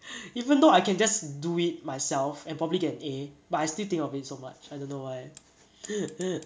eventhough I can just do it myself and probably get an a but I still think of it so much I don't know why hehe